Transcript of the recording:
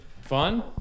fun